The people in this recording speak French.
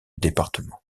département